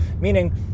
meaning